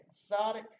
exotic